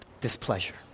displeasure